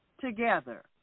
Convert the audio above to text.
together